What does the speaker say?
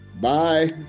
Bye